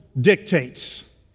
dictates